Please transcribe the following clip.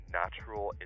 natural